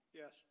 yes